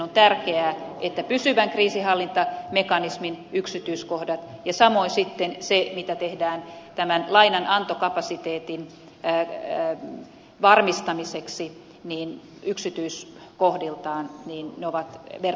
on tärkeää että pysyvä kriisinhallintamekanismi ja samoin se mitä tehdään tämän lainanantokapasiteetin varmistamiseksi ovat yksityiskohdiltaan verrannolliset keskenään